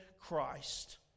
Christ